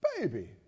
Baby